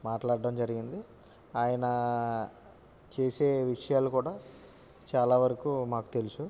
మాట్లాడటం జరిగింది ఆయన చేసే విషయాలు కూడా చాలా వరకు మాకు తెలుసు